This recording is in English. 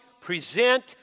present